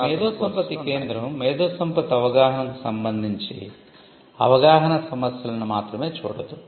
కాబట్టి మేధోసంపత్తి కేంద్రం మేధోసంపత్తి అవగాహనకు సంబంధించి అవగాహన సమస్యలను మాత్రమే చూడదు